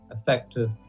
effective